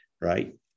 right